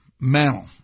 Mantle